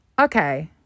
okay